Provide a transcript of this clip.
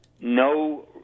No